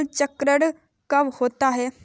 फसल चक्रण कब होता है?